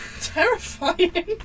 terrifying